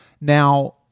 now